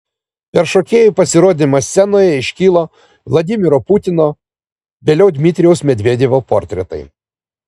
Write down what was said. per šokėjų pasirodymą scenoje iškilo vladimiro putino vėliau dmitrijaus medvedevo portretai